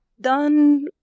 done